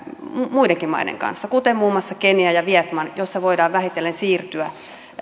muidenkin maiden kanssa kuten muun muassa kenian ja vietnamin joissa voidaan vähitellen siirtyä